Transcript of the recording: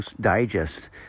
digest